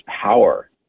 power